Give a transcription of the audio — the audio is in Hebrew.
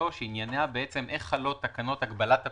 שעוסקת באיך חלות תקנות הגבלת הפעילות,